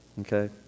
Okay